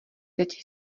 teď